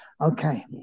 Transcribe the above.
okay